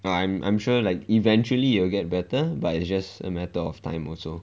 I'm I'm sure like eventually it will get better but it's just a matter of time also